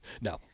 No